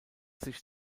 sich